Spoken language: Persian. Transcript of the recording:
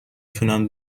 تونم